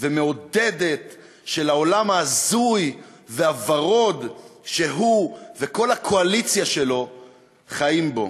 ומעודדת של העולם ההזוי והוורוד שהוא וכל הקואליציה שלו חיים בו.